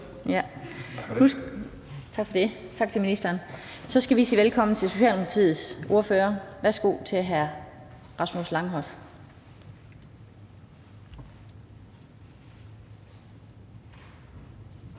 har forstået det. Tak til ministeren. Så skal vi sige velkommen til Socialdemokratiets ordfører. Værsgo til hr. Rasmus Horn Langhoff. Kl.